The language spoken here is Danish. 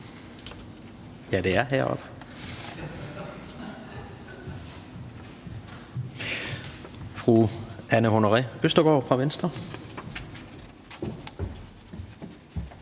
i ordførerrækken. Fru Anne Honoré Østergaard fra Venstre.